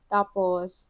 Tapos